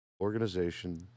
organization